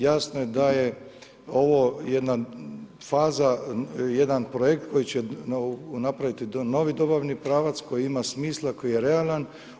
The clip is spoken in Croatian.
Jasno je daje ovo jedna faza, jedan projekt koji će napraviti novi dobavni pravac koji ima smisla, koji je realan.